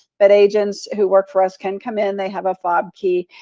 but agents who work for us can come in, they have a fob key.